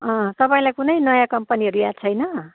अँ तपाईँलाई कुनै नयाँ कम्पनीहरू याद छैन